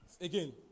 Again